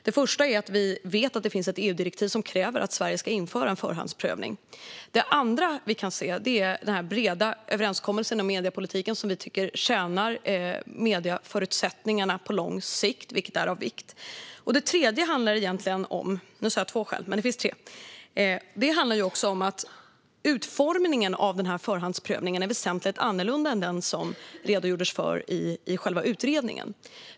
Den första är att vi vet att det finns ett EU-direktiv som kräver att Sverige ska införa en förhandsprövning. Den andra är den breda överenskommelse om mediepolitiken som vi tycker tjänar medieförutsättningarna på lång sikt, vilket är av vikt. Den tredje handlar om att utformningen av förhandsprövningen är väsentligt annorlunda än vad som redogjordes för i själva utredningen.